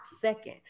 second